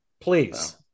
Please